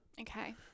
Okay